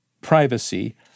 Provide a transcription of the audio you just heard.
privacy